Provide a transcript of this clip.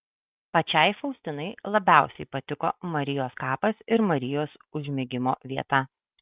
pačiai faustinai labiausiai patiko marijos kapas ir marijos užmigimo vieta